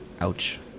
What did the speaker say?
Ouch